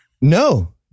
No